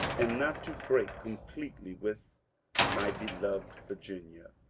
and not to break completely with my beloved virginia.